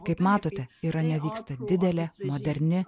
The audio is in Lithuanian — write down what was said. kaip matote irane vyksta didelė moderni